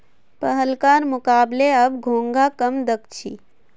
पहलकार मुकबले अब घोंघा कम दख छि